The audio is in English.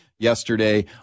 yesterday